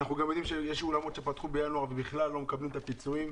אנחנו גם יודעים שיש אולמות שנפתחו בינואר ובכלל לא מקבלים את הפיצויים.